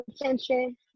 attention